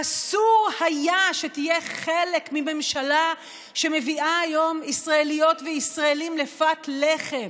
אסור היה שתהיה חלק מממשלה שמביאה היום ישראליות וישראלים לפת לחם.